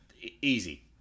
Easy